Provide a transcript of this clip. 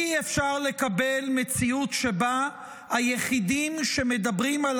אי-אפשר לקבל מציאות שבה היחידים שמדברים על